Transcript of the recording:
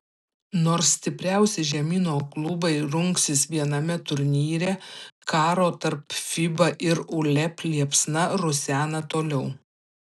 nors stipriausi žemyno klubai rungsis viename turnyre karo tarp fiba ir uleb liepsna rusena toliau